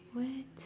what